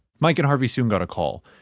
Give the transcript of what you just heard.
making harvey soon got a call.